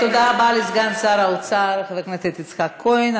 תודה רבה לסגן שר האוצר חבר הכנסת יצחק כהן.